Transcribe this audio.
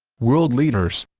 world leaders